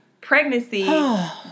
pregnancy